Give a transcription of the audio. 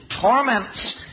torments